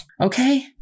Okay